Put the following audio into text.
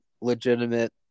legitimate